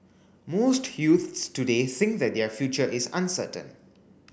most youths today think that their future is uncertain